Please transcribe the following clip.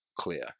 clear